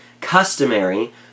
customary